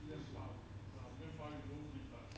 yours not very obvious leh